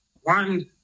one